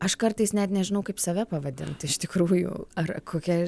aš kartais net nežinau kaip save pavadint iš tikrųjų ar kokia